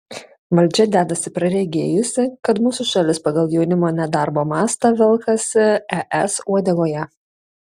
valdžia dedasi praregėjusi kad mūsų šalis pagal jaunimo nedarbo mastą velkasi es uodegoje